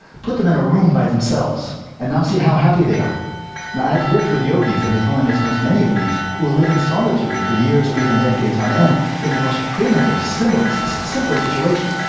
put them in a room by themselves and now see how happy they are. now i've lived with yogis, and his holiness knows many of these, who live in solitude for years or even decades on end, in the most primitive, simple so simple situations.